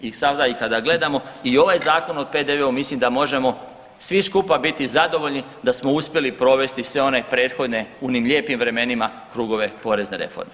I sada kada gledamo i ovaj Zakon o PDV-u mislim da možemo svi skupa biti zadovoljni da smo uspjeli provesti sve one prethodne u onim lijepim vremenima krugove porezne reforme.